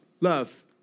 love